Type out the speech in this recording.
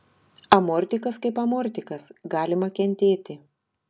amortikas kaip amortikas galima kentėti